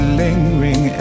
lingering